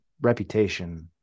reputation